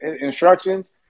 instructions